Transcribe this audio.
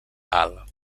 alt